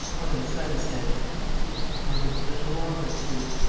one of the sons said i hope mother has lit a log or two.